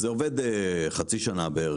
מתעסקים בזה חצי שנה.